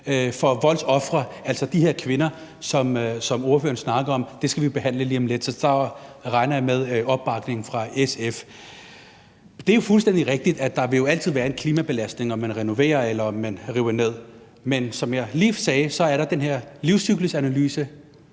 af voldsofre, altså de her kvinder, som ordføreren snakker om. Det skal vi behandle lige om lidt, og så regner jeg med opbakning fra SF. Det er jo fuldstændig rigtigt, at der altid vil være en klimabelastning, om man renoverer, eller om man river ned, men som jeg lige sagde, er der den her livscyklusanalyse,